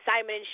Simon